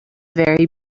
very